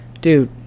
Dude